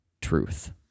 truth